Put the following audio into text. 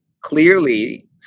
clearly